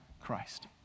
Christ